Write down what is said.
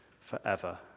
forever